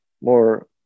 more